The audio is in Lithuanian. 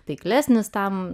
taiklesnis tam